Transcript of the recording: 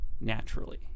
naturally